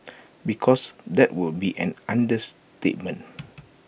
because that would be an understatement